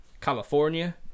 California